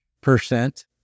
percent